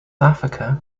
africa